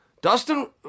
Dustin